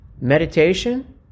meditation